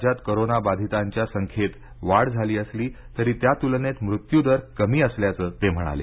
राज्यात कोरोनाबाधितांच्या संख्येत वाढ झाली असली तरी त्या तुलनेत मृत्युदर कमी असल्याचं ते म्हणाले